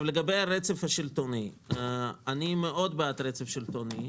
לגבי הרצף השלטוני אני מאוד בעד רצף שלטוני.